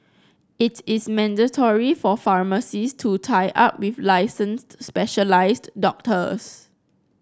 it is mandatory for pharmacies to tie up with licensed specialised doctors